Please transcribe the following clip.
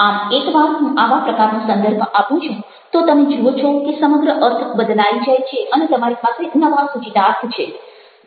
આમ એક વાર હું આવા પ્રકારનો સંદર્ભ આપું છું તો તમે જુઓ છો કે સમગ્ર અર્થ બદલાઈ જાય છે અને તમારી પાસે નવા સૂચિતાર્થ છે